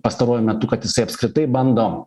pastaruoju metu kad jisai apskritai bando